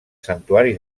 santuari